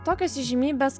tokios įžymybės